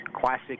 classic